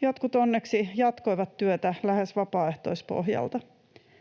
jotkut onneksi jatkoivat työtä lähes vapaaehtoispohjalta.